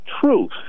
truth